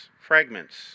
fragments